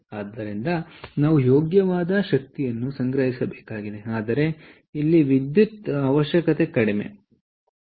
ಆದ್ದರಿಂದಶಕ್ತಿಯನ್ನುಸಂಗ್ರಹಿಸಬೇಕಾಗಿದೆಹಾಗಾಗಿ ಇಲ್ಲಿ ವಿದ್ಯುತ್ ಅವಶ್ಯಕತೆ ಕಡಿಮೆ ಇರುತ್ತದೆ